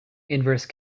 inverse